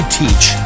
teach